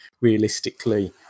realistically